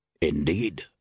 Indeed